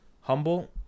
humble